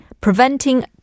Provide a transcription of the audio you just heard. preventing